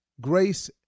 grace